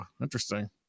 interesting